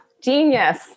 genius